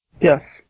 Yes